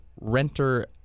renter